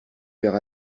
faire